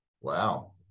Wow